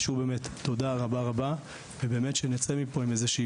אז שוב באמת תודה רבה רבה ובאמת שנצא מפה עם איזושהי